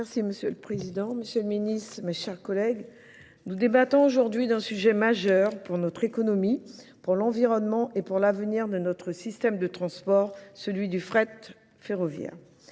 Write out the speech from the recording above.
Merci Monsieur le Président, Monsieur le Ministre, mes chers collègues. Nous débattons aujourd'hui d'un sujet majeur pour notre économie, pour l'environnement et pour l'avenir de notre système de transport, celui du fret ferroviaire.